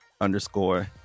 underscore